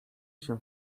się